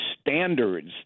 standards